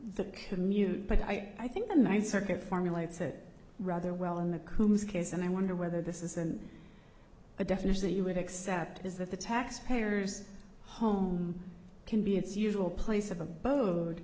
the commune but i think the ninth circuit formulate said rather well in the coombes case and i wonder whether this isn't a definition that you would accept is that the taxpayer's home can be its usual place of abo